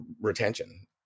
retention